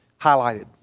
highlighted